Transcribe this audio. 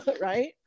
right